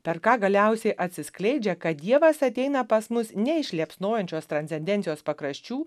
per ką galiausiai atsiskleidžia kad dievas ateina pas mus ne iš liepsnojančios transcendencijos pakraščių